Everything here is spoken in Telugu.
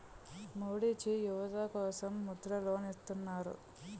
మోడీజీ యువత కోసం ముద్ర లోన్ ఇత్తన్నారు